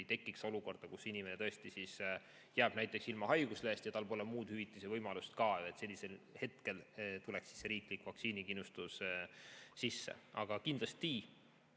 tekiks olukorda, kus inimene jääb näiteks ilma haiguslehest ja tal pole muud hüvitise võimalust ka. Sellisel hetkel tuleks riiklik vaktsiinikindlustus sisse. Aga kindlasti